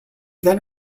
then